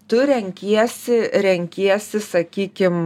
tu renkiesi renkiesi sakykim